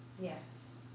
yes